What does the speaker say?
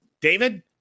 David